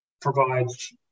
provides